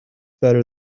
better